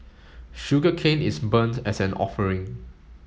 sugarcane is burnt as an offering